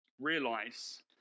Realize